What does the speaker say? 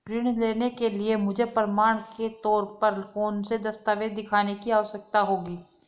ऋृण लेने के लिए मुझे प्रमाण के तौर पर कौनसे दस्तावेज़ दिखाने की आवश्कता होगी?